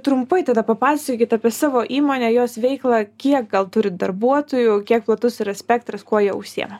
trumpai tada papasakokit apie savo įmonę jos veiklą kiek gal turit darbuotojų kiek platus yra spektras kuo jie užsiima